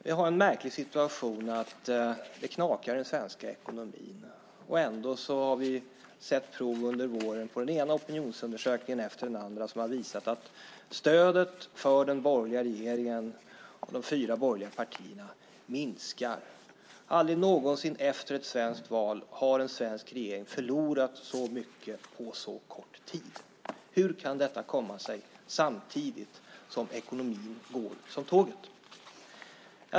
Vi har den märkliga situationen där det växer så det knakar i den svenska ekonomin och ändå har vi sett prov under våren på den ena opinionsundersökningen efter den andra som har visat att stödet för den borgerliga regeringen och de fyra borgerliga partierna minskar. Aldrig någonsin efter ett svenskt val har en svensk regering förlorat så mycket på så kort tid. Hur kan detta komma sig samtidigt som ekonomin går som tåget?